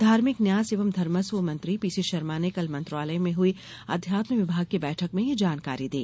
धार्मिक न्यास एवं धर्मस्व मंत्री पीसी शर्मा ने कल मंत्रालय में हुई अध्यात्म विभाग की बैठक में यह जानकारी दी